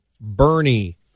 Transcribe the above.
Bernie